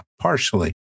partially